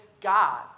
God